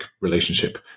relationship